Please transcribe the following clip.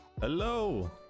Hello